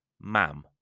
Ma'am